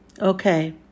okay